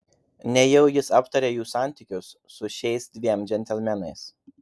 nejau jis aptarė jų santykius su šiais dviem džentelmenais